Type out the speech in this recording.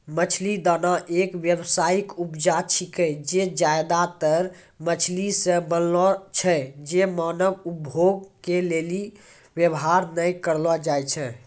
मछली दाना एक व्यावसायिक उपजा छिकै जे ज्यादातर मछली से बनलो छै जे मानव उपभोग के लेली वेवहार नै करलो जाय छै